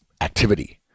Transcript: activity